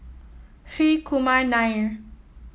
Hri Kumar Nair